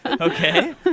Okay